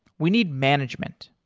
we need management.